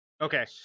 Okay